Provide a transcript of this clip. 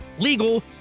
legal